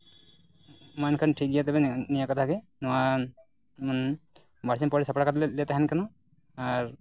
ᱢᱟ ᱮᱱᱠᱷᱟᱱ ᱴᱷᱤᱠ ᱜᱮᱭᱟ ᱛᱚᱵᱮ ᱱᱤᱭᱟᱹ ᱠᱟᱛᱷᱟ ᱜᱮ ᱱᱚᱣᱟ ᱵᱟᱨ ᱥᱤᱧ ᱯᱚᱨᱮ ᱥᱟᱯᱲᱟᱣ ᱠᱟᱛᱮ ᱞᱮ ᱛᱟᱦᱮᱱ ᱠᱟᱱᱟ ᱟᱨ